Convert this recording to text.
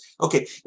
Okay